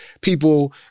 people